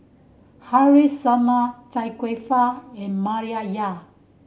Haresh Sharma Chia Kwek Fah and Maria Dyer